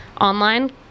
online